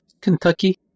Kentucky